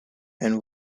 and